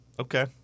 Okay